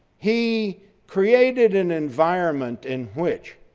he created an environment in which